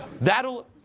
That'll